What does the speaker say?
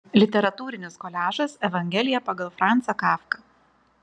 literatūrinis koliažas evangelija pagal francą kafką